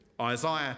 Isaiah